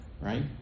right